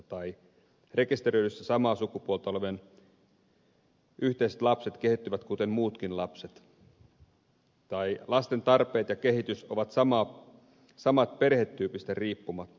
rekisteröidyssä suhteessa samaa sukupuolta olevien yhteiset lapset kehittyvät kuten muutkin lapset ja lasten tarpeet ja kehitys ovat samat perhetyypistä riippumatta